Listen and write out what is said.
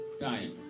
time